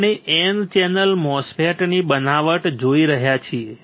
આપણે N channel MOSFET ની બનાવટ જોઈ રહ્યા છીએ